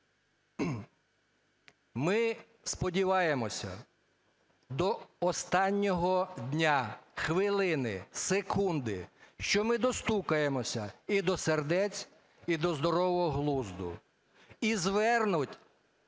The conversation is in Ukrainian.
Ми сподіваємося, до останнього дня, хвилини, секунди, що ми достукаємося і до сердець, і до здорового глузду. І звернуть